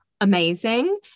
amazing